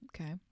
Okay